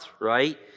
right